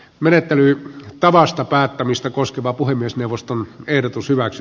menettely kaavasta päättämistä koskeva jo tässä istunnossa